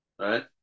right